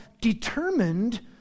determined